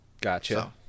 Gotcha